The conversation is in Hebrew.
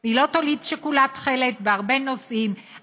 היא לא טלית שכולה תכלת בהרבה נושאים,